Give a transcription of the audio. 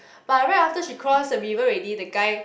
but right after she cross the river already the guy